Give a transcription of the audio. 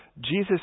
Jesus